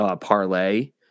parlay